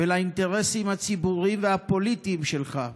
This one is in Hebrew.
ולאינטרסים הציבוריים והפוליטיים שלך.